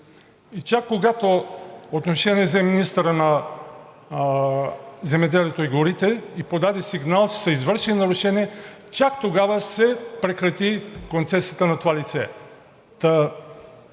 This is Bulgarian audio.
И чак когато отношение взе министърът на земеделието и горите и подаде сигнал, че са извършени нарушения, чак тогава се прекрати концесията на това лице.